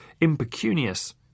impecunious